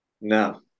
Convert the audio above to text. No